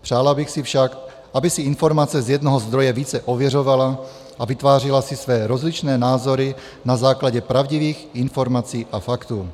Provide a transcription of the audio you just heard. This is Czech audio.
Přála bych si však, aby si informace z jednoho zdroje více ověřovala a vytvářela si své rozličné názory na základě pravdivých informací a faktů.